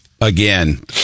Again